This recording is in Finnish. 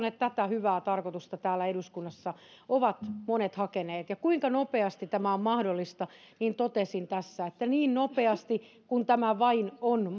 että tätä hyvää tarkoitusta täällä eduskunnassa ovat monet hakeneet ja kuinka nopeasti tämä on mahdollista niin totesin tässä että niin nopeasti kuin tämä vain on